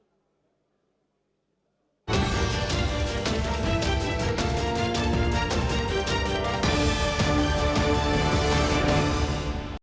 дякую.